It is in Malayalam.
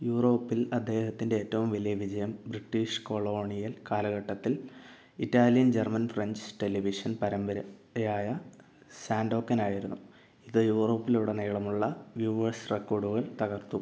യൂറോപ്പിൽ അദ്ദേഹത്തിൻ്റെ ഏറ്റവും വലിയ വിജയം ബ്രിട്ടീഷ് കൊളോണിയൽ കാലഘട്ടത്തിൽ ഇറ്റാലിയൻ ജർമ്മൻ ഫ്രഞ്ച് ടെലിവിഷൻ പരമ്പരയായ സാൻഡോക്കൻ ആയിരുന്നു ഇത് യൂറോപ്പിലുടനീളമുള്ള വ്യൂവേഴ്സ് റെക്കോർഡുകൾ തകർത്തു